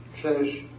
says